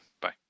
Bye